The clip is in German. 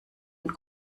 und